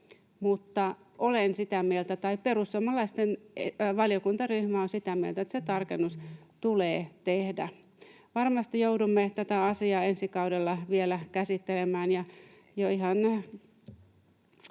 perussuomalaisten valiokuntaryhmä on sitä mieltä, että se tarkennus tulee tehdä. Varmasti joudumme tätä asiaa ensi kaudella vielä käsittelemään,